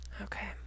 Okay